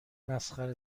مسخره